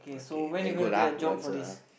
okay very good lah good answer ah